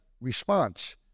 response